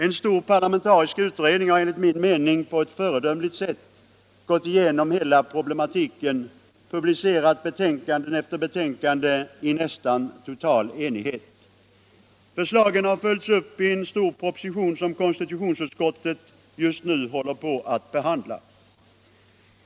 En stor parlamentarisk utredning har, enligt min mening på ett föredömligt sätt, gått igenom hela problematiken och har publicerat betänkande efter betänkande i nästan total enighet. Förslagen har följts upp i en stor proposition som konstitutionsutskottet just nu håller på att behandla.